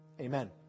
Amen